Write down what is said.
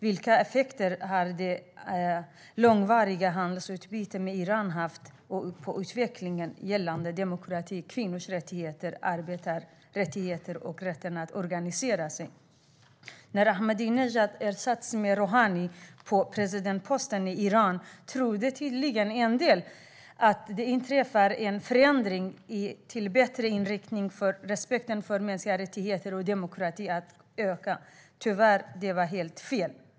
Vilka effekter har det långvariga handelsutbytet med Iran haft på utvecklingen gällande demokrati, kvinnors rättigheter, arbetares rättigheter och rätten att organisera sig? När Ahmadinejad ersattes med Rohani på presidentposten i Iran trodde tydligen en del att det skulle inträffa en förändring till det bättre och att respekten för mänskliga rättigheter och demokrati skulle öka. Tyvärr, det var helt fel.